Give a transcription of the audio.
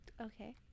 Okay